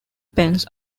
pens